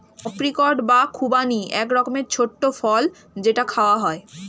apricot বা খুবানি এক রকমের ছোট্ট ফল যেটা খাওয়া হয়